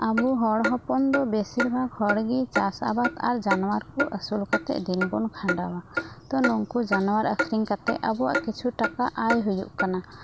ᱟᱵᱚ ᱦᱚᱲ ᱦᱚᱯᱚᱱ ᱫᱚ ᱵᱮᱥᱤᱨ ᱵᱷᱟᱜ ᱦᱚᱲ ᱜᱮ ᱪᱟᱥ ᱟᱵᱟᱫ ᱟᱨ ᱡᱟᱱᱣᱟᱨ ᱠᱚ ᱟᱹᱥᱩᱞ ᱠᱟᱛᱮ ᱫᱤᱱ ᱵᱚᱱ ᱠᱷᱟᱰᱟᱣᱟ ᱛᱚ ᱱᱩᱝᱠᱩ ᱡᱟᱱᱣᱟᱨ ᱟᱹᱠᱷᱟᱨᱤᱧ ᱠᱟᱛᱮ ᱟᱵᱚᱣᱟᱜ ᱠᱤᱪᱷᱩ ᱴᱟᱠᱟ ᱟᱭ ᱦᱩᱭᱩᱜ ᱠᱟᱱᱟ